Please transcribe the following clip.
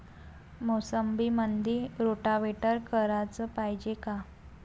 मोसंबीमंदी रोटावेटर कराच पायजे का?